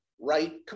right